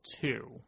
two